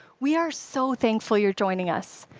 we are so thankful you're joining us.